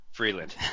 Freeland